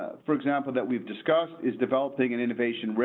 ah for example, that we've discussed is developing an innovation,